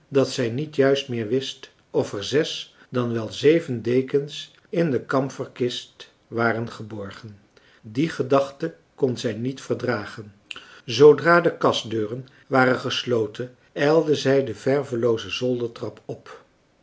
dat zij niet juist meer wist of er zes dan wel zeven dekens in de kamferkist waren geborgen die gedachte kon zij niet verdragen zoodra de kastdeuren waren gesloten ijlde zij de vervelooze zoldertrap op